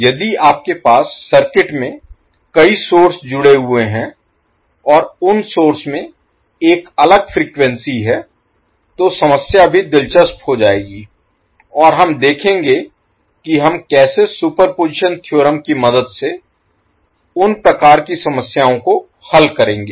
यदि आपके पास सर्किट में कई सोर्स जुड़े हुए हैं और उन सोर्स में एक अलग फ्रीक्वेंसी है तो समस्या भी दिलचस्प हो जाएगी और हम देखेंगे कि हम कैसे सुपरपोज़िशन थ्योरम की मदद से उन प्रकार की समस्याओं को हल करेंगे